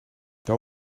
they